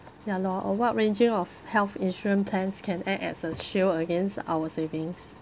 ya lor of what ranging of health insurance plans can act as a shield against our savings